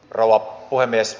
rouva puhemies